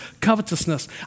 covetousness